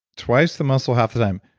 twice the muscle, half the time.